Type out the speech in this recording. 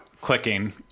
clicking